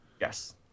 Yes